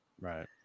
Right